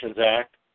Act